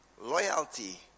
loyalty